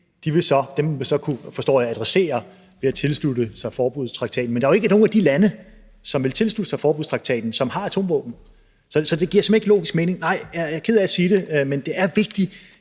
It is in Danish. del af NPT, vil man så kunne adressere, forstår jeg, ved at tilslutte sig forbudstraktaten. Men der er jo ikke nogen af de lande, som har atomvåben, som vil tilslutte sig forbudstraktaten. Så det giver simpelt hen ikke logisk mening. Nej, jeg er ked af at sige det, men det er vigtigt,